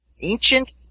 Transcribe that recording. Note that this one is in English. ancient